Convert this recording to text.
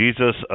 Jesus